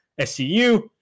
SCU